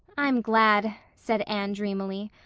i'm glad, said anne dreamily.